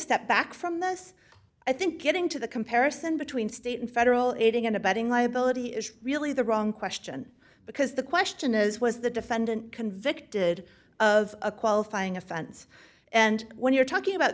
step back from this i think getting to the comparison between state and federal aiding and abetting liability is really the wrong question because the question is was the defendant convicted of a qualifying offense and when you're talking about